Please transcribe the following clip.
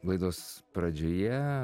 laidos pradžioje